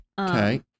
Okay